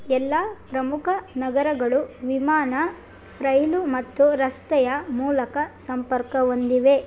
ಎಲ್ಲ ಪ್ರಮುಖ ನಗರಗಳು ವಿಮಾನ ರೈಲ್ ಮತ್ತು ರಸ್ತೆಯ ಮೂಲಕ ಸಂಪರ್ಕ ಹೊಂದಿವೆ